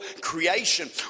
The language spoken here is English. creation